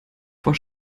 vor